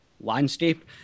landscape